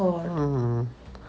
mm